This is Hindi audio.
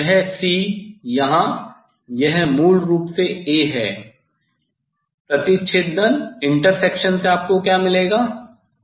अब यह c यहाँ यह मूल रूप से 'A' है प्रतिच्छेदन से आपको क्या मिलेगा